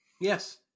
Yes